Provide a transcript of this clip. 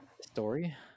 story